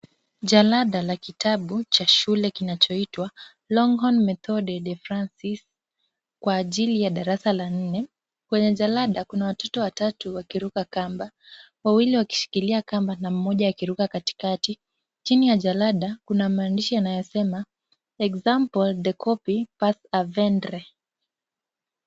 Jalada la kitabu cha shule kinachoitwa Longhorn Methode Francais kwa ajili ya darasa la nne. Kwenye jalada kuna watoto watatu wakiruka kamba. Wawili wakishikilia kamba na mmoja akiruka katikati. Chini ya jalada kuna maandishi yanayosema example de copy avendre .